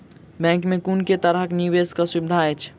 Bank मे कुन केँ तरहक निवेश कऽ सुविधा अछि?